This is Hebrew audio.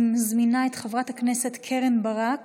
אני מזמינה את חברת הכנסת קרן ברק